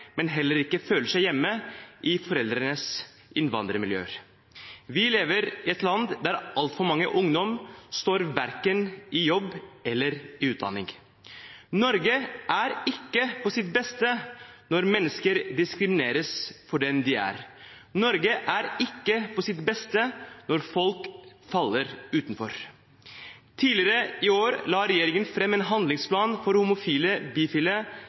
heller ikke føler seg hjemme i foreldrenes innvandrermiljøer. Vi lever i et land der altfor mange ungdommer verken står i jobb eller i utdanning. Norge er ikke på sitt beste når mennesker diskrimineres for den de er. Norge er ikke på sitt beste når folk faller utenfor. I juni i fjor la regjeringen fram en handlingsplan for lesbiske, homofile,